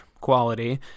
quality